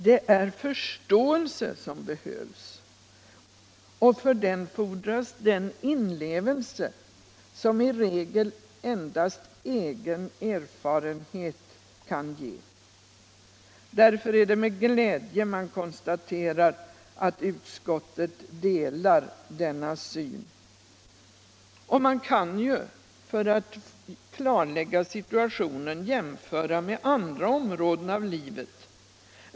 Det är förståelse som behövs, och för den fordras den inlevelse som i regel endast egen erfarenhet kan ge. Därför är det med glädje man konstaterar att utskottet delar denna syn. Man kan ju för att klarlägga situationen jämföra med andra områden av livet.